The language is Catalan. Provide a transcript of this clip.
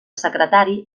secretari